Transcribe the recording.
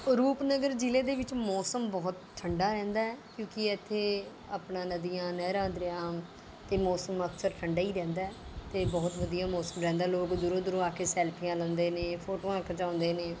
ਰੂਪਨਗਰ ਜ਼ਿਲ੍ਹੇ ਦੇ ਵਿੱਚ ਮੌਸਮ ਬਹੁਤ ਠੰਡਾ ਰਹਿੰਦਾ ਹੈ ਕਿਉਂਕਿ ਇੱਥੇ ਆਪਣਾ ਨਦੀਆਂ ਨਹਿਰਾਂ ਦਰਿਆ ਅਤੇ ਮੌਸਮ ਅਕਸਰ ਠੰਡਾ ਹੀ ਰਹਿੰਦਾ ਹੈ ਅਤੇ ਬਹੁਤ ਵਧੀਆ ਮੌਸਮ ਰਹਿੰਦਾ ਲੋਕ ਦੂਰੋਂ ਦੂਰੋਂ ਆ ਕੇ ਸੈਲਫੀਆਂ ਲੈਂਦੇ ਨੇ ਫੋਟੋਆਂ ਖਿਚਾਉਂਦੇ ਨੇ